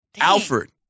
Alfred